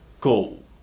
Cool